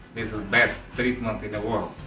this is best treatment in the world.